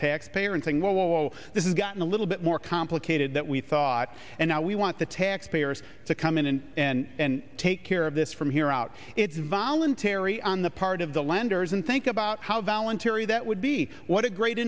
taxpayer and saying whoa whoa whoa this is gotten a little bit more complicated that we thought and now we want the taxpayers to come in and take care of this from here out it's voluntary on the part of the lenders and think about how voluntary that would be what a great